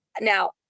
Now